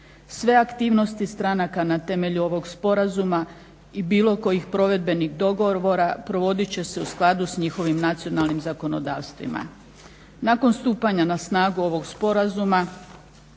Sve aktivnosti stranaka na temelju ovog sporazuma i bilo kojih provedbenih dogovora provodit će se u skladu s njihovim nacionalnim zakonodavstvima. Nakon stupanja na snagu ovog sporazuma